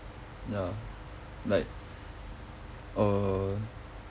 ya like err